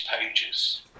pages